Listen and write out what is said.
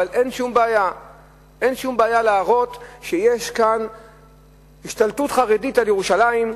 אבל אין שום בעיה להראות שיש כאן השתלטות חרדית על ירושלים,